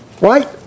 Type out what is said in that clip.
right